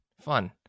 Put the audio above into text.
fun